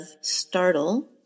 startle